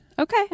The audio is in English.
Okay